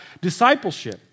discipleship